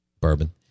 bourbon